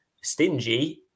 stingy